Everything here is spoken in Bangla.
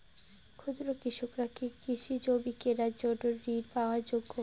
ক্ষুদ্র কৃষকরা কি কৃষিজমি কিনার জন্য ঋণ পাওয়ার যোগ্য?